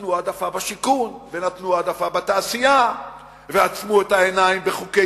נתנו העדפה בשיכון ונתנו העדפה בתעשייה ועצמו את העיניים בחוקי